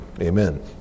Amen